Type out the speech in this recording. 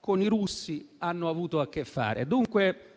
con i russi hanno avuto a che fare. Dunque